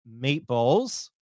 Meatballs